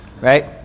Right